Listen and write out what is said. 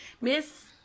Miss